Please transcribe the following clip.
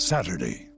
Saturday